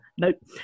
Nope